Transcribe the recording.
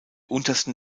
untersten